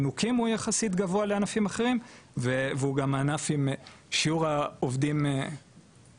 והוא גם ענף עם שיעור העובדים שלא משכו הוא הגבוה ביותר.